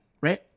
right